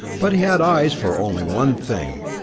but he had eyes for only one thing,